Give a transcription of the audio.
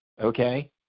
okay